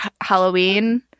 halloween